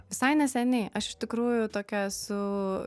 visai neseniai aš iš tikrųjų tokia esu